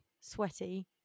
sweaty